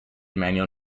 manual